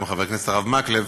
יש להם לקות קלה מאוד,